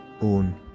own